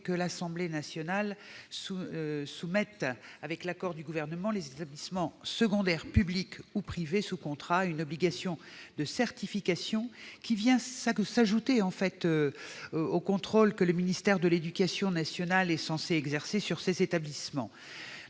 l'Assemblée nationale à soumettre, avec l'accord du Gouvernement, les établissements secondaires publics et privés sous contrat à une obligation de certification qui vient s'ajouter aux contrôles que le ministère de l'éducation nationale est censé exercer sur ces mêmes établissements.